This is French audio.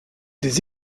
des